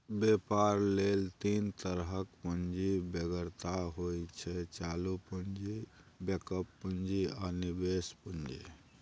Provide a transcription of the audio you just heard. बेपार लेल तीन तरहक पुंजीक बेगरता होइ छै चालु पुंजी, बैकअप पुंजी आ निबेश पुंजी